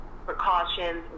Precautions